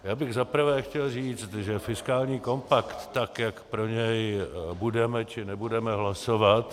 Já bych za prvé chtěl říct, že fiskální kompakt tak, jak pro něj budeme, či nebudeme hlasovat...